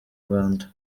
rwanda